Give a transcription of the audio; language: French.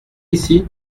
ici